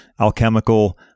alchemical